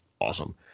awesome